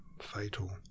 fatal